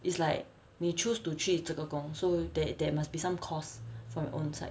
it's like 你 choose to 去这个工 so there there must be some costs for your own side